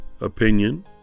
opinion